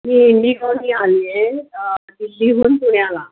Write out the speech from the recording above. मी इंडीगोने आली आहे दिल्लीहून पुण्याला